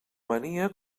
mania